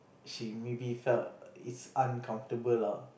she maybe felt it's uncomfortable lah